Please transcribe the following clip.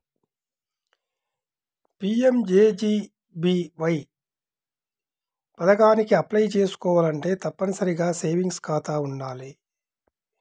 PMJJBY పథకానికి apply చేసుకోవాలంటే తప్పనిసరిగా సేవింగ్స్ ఖాతా వుండాలి